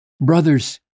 Brothers